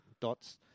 dots